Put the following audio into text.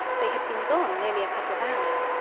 they had been gone nearly a couple of hours,